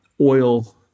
oil